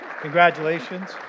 congratulations